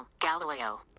Galileo